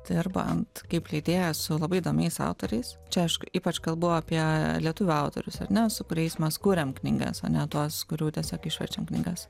tai arba ant kaip leidėjas su labai įdomiais autoriais čia aš ypač kalbu apie lietuvių autorius ar ne su kuriais mes kuriam knygas o ne tuos kurių tiesiog išverčiam knygas